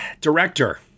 director